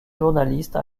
journalistes